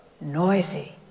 noisy